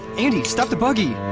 andi, stop the buggy!